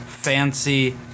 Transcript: fancy